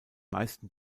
meisten